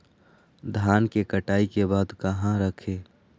धान के कटाई के बाद कहा रखें?